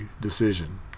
decision